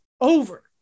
over